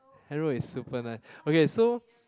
hand roll is super nice okay so